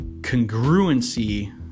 congruency